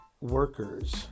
workers